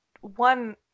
one